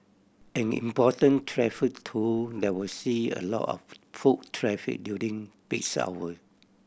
an important traffic tool that will see a lot of foot traffic during peaks hour